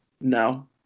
No